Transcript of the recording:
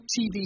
TV